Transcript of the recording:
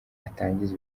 atangiza